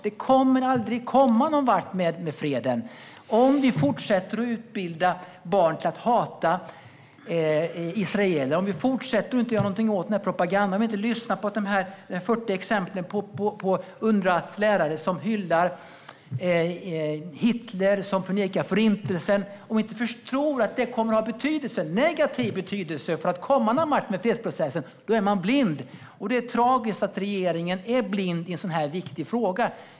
Man kommer aldrig att komma någonvart med freden om vi fortsätter att utbilda barn till att hata israeler, om vi fortsätter att inte göra någonting åt den här propagandan och om vi inte lyssnar på de här 40 exemplen på Unrwas lärare som hyllar Hitler och förnekar Förintelsen. Om man inte förstår att detta kommer att ha negativ betydelse för chansen att komma någonvart med fredsprocessen är man blind. Det är tragiskt att regeringen är blind i en så här viktig fråga.